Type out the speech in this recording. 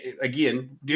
again